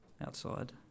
outside